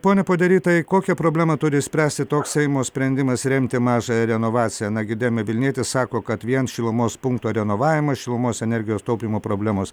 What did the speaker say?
pone podery tai kokia problemą turi spręsti toks seimo sprendimas remti mažąją renovaciją na girdėjome vilnietis sako kad vien šilumos punkto renovavimas šilumos energijos taupymo problemos